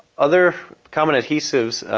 other common adhesives,